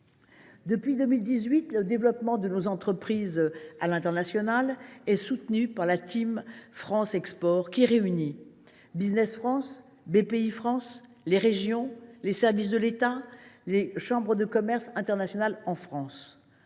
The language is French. Depuis 2018, le développement de nos entreprises à l’international est soutenu par la, qui réunit Business France, Bpifrance, les régions, les services de l’État et les chambres de commerce internationales.